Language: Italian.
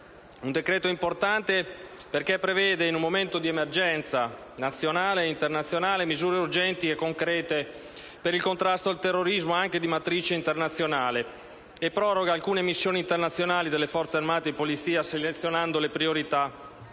provvedimento importante perché prevede, in un momento di emergenza nazionale e internazionale, misure urgenti e concrete per il contrasto del terrorismo, anche di matrice internazionale e proroga alcune missioni internazionali delle Forze armate e di polizia, selezionando le priorità e